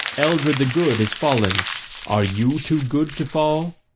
eldred the good is fallen are you too good to fall?